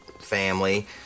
family